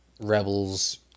Rebels